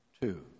two